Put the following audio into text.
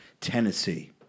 Tennessee